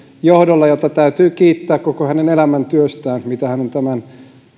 johdolla jota täytyy kiittää koko hänen elämäntyöstään mitä hän on tämän